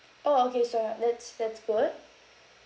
orh okay it's all right that's that's good